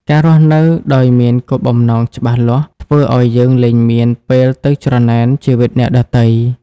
ការរស់នៅដោយមាន "គោលបំណង" ច្បាស់លាស់ ធ្វើឱ្យយើងលែងមានពេលទៅច្រណែនជីវិតអ្នកដទៃ។